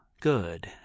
good